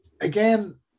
again